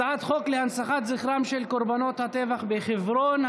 הצעת חוק להנצחת זכרם של קורבנות הטבח בחברון,